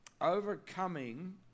Overcoming